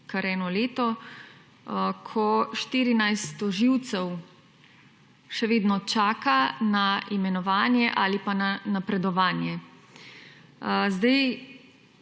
kar eno leto, ko 14 tožilcev še vedno čaka na imenovanje ali pa na napredovanje. Sedaj